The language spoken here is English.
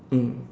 mm